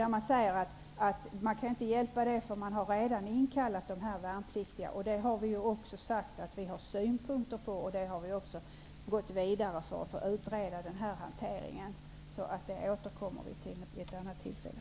Man säger nu att man inte kan göra någonting, eftersom man redan har inkallat de värnpliktiga. Detta har vi sagt att vi har synpunkter på. Vi har också gått vidare för att utreda denna hantering. Vi återkommer alltså till detta vid ett annat tillfälle.